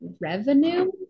revenue